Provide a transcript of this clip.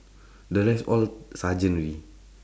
the rest all sergeant already